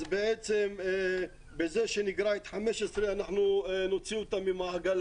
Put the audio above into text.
אז בעצם בזה שנגרע את 2015 אנחנו נוציא אותם ממעגל